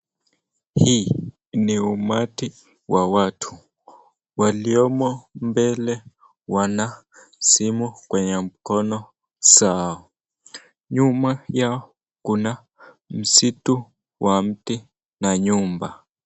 Hii ni umati wa watu waliomo mbele wana simu kwenye mkono zao. Nyuma yao kuna msitu wa mti na nyumba.